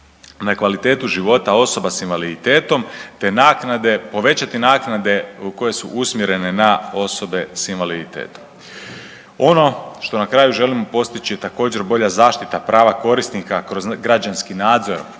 na kvalitetu života osoba s invaliditetom te povećati naknade koje su usmjerene na osobe s invaliditetom. Ono što na kraju želimo postići je također, bolja zaštita prava korisnika kroz građanski nadzor,